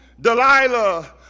Delilah